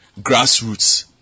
grassroots